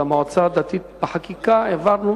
העברנו